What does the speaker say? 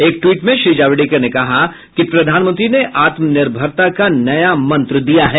एक ट्वीट में श्री जावडेकर ने कहा कि प्रधानमंत्री ने आत्मनिर्भरता का नया मंत्र दिया है